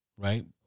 right